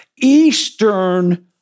Eastern